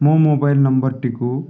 ମୋ ମୋବାଇଲ ନମ୍ବରଟିକୁ